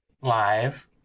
live